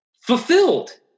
fulfilled